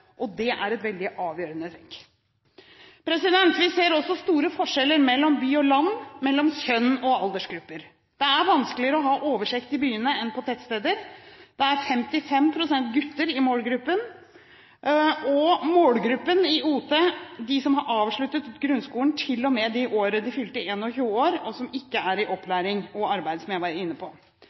slutte. Det er et veldig avgjørende trekk. Vi ser også store forskjeller mellom by og land, mellom kjønn og aldersgrupper. Det er vanskeligere å ha oversikt i byene enn på tettsteder. Det er 55 pst. gutter i målgruppen, og målgruppen i OT er de som har avsluttet grunnskolen og fram til og med det året de fyller 21 år, og som ikke er i opplæring eller arbeid, som jeg var inne på.